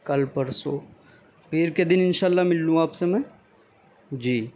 کل پرسوں پیر کے دن ان شاء اللہ مل لوں آپ سے میں جی